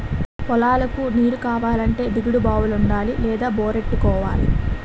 పొలాలకు నీరుకావాలంటే దిగుడు బావులుండాలి లేదా బోరెట్టుకోవాలి